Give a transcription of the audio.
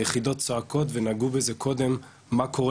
היחידות צעקות ונגעו בזה קודם מה קורה